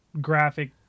graphic